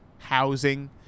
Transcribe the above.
housing